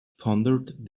pondered